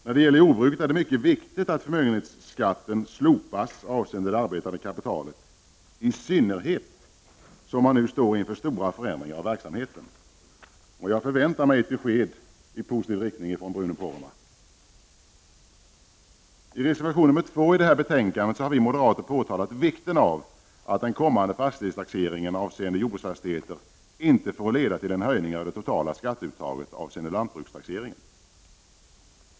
När det gäller jordbruket är det mycket viktigt att förmögenhetsskatten på det arbetande kapitalet slopas, i synnerhet som man nu står inför stora förändringar av verksamheten. Jag väntar mig ett besked i positiv riktning från Bruno Poromaa. I reservation 2 i betänkandet har vi moderater påpekat vikten av att den kommande fastighetstaxeringen avseende jordbruksfastigheter inte leder till en höjning av det totala skatteuttaget avseende lantbrukstaxeringen.